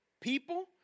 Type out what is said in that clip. people